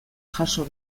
jaso